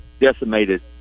decimated